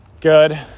good